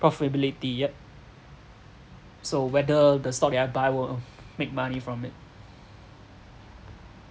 profitability yup so whether the stock that I buy will make money from it